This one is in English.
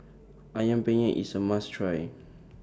Ayam Penyet IS A must Try